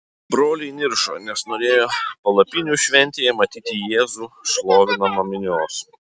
broliai niršo nes norėjo palapinių šventėje matyti jėzų šlovinamą minios